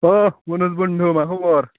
ओह अनिल बुन्दु मा खबर